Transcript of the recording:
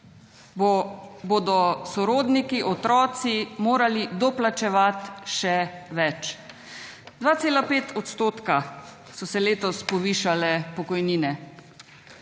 bodo sorodniki, otroci morali doplačevati še več. 2,5 odstotka so se letos povišale pokojnine,